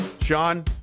Sean